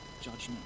judgment